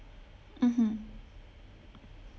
mmhmm